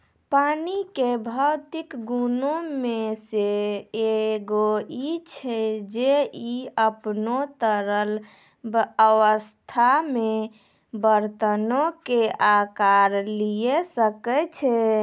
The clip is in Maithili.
पानी के भौतिक गुणो मे से एगो इ छै जे इ अपनो तरल अवस्था मे बरतनो के अकार लिये सकै छै